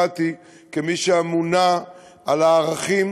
כמי שנבחרה באופן דמוקרטי, כמי שאמונה על הערכים